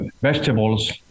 vegetables